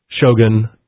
Shogun